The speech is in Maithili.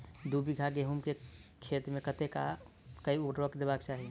दु बीघा गहूम केँ खेत मे कतेक आ केँ उर्वरक देबाक चाहि?